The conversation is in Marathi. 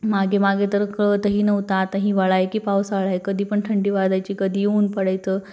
मागे मागे तर कळतही नव्हतं आता हिवाळा आहे की पावसाळा आहे कधी पण थंडी वाजायची कधी ऊन पडायचं